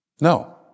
No